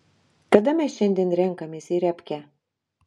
kada mes šiandien renkamės į repkę